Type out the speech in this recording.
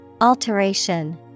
Alteration